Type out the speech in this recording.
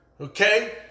Okay